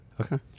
Okay